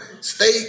stay